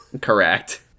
Correct